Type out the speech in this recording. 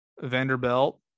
Vanderbilt